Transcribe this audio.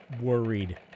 worried